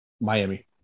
Miami